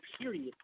period